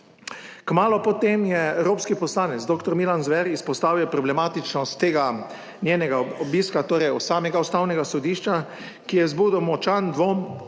Kmalu po tem je evropski poslanec doktor Milan Zver izpostavil problematičnost tega njenega obiska, torej od samega Ustavnega sodišča, ki je vzbudil močan dvom o